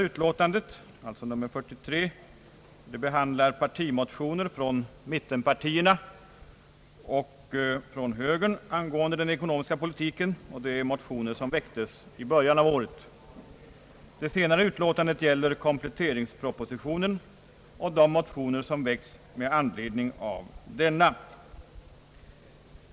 Utlåtande nr 43 gäller partimotioner från mittenpartierna och högern angående den ekonomiska politiken — motionerna väcktes i början av året. Utlåtande nr 52 gäller kompletteringspropositionen och de motioner som väckts med anledning av denna.